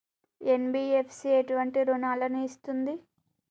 NBFC ఎటువంటి రుణాలను ఇస్తుంది?